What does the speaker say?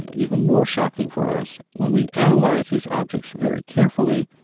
and even more shocking for us, when we analyzed these objects very carefully,